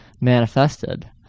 manifested